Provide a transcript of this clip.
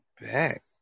back